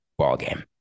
ballgame